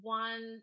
one